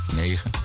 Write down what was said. negen